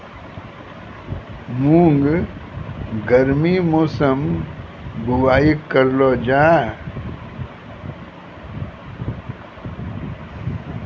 मूंग गर्मी मौसम बुवाई करलो जा?